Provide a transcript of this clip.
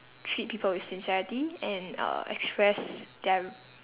treat people with sincerity and uh express their